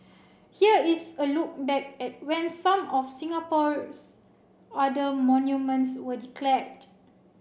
here is a look back at when some of Singapore's other monuments were declared